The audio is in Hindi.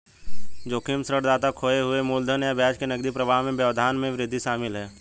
जोखिम ऋणदाता खोए हुए मूलधन और ब्याज नकदी प्रवाह में व्यवधान में वृद्धि शामिल है